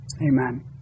Amen